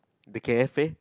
the cafe